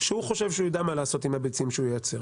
שהוא חושב שהוא יידע מה לעשות עם הביצים שהוא ייצר